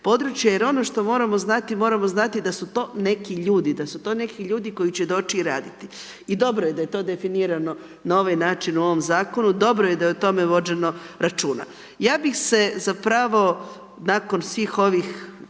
područja? Jer ono što moramo znati, moramo znati da su to neki ljudi, da su to neki ljudi koji će doći i raditi. I dobro je da je to definirano na ovaj način u ovom zakonu. Dobro je da je o tome vođeno računa. Ja bih se zapravo nakon svih ovih